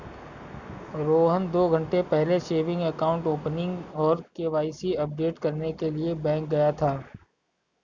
रोहन दो घन्टे पहले सेविंग अकाउंट ओपनिंग और के.वाई.सी अपडेट करने के लिए बैंक गया था